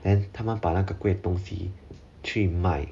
then 他们把那个贵东西去卖